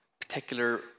particular